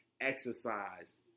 exercise